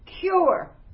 cure